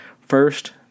First